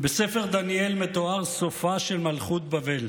בספר דניאל מתואר סופה של מלכות בבל.